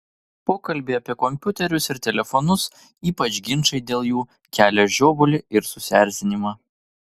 pokalbiai apie kompiuterius ir telefonus ypač ginčai dėl jų kelia žiovulį ir susierzinimą